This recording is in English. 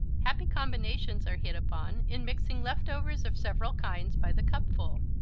happy combinations are hit upon in mixing leftovers of several kinds by the cupful.